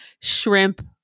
shrimp